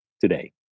today